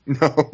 No